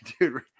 dude